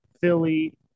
Philly